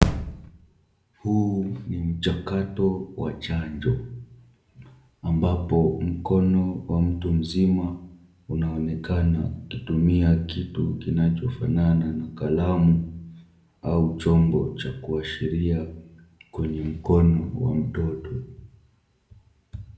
Huu ni mchakato wa chanjo, ambapo mkono wa mtu mzima unaonekana ukitumia kitu kinachofanana na kalamu au chombo kuashiria kwenye mkono wa mtoto.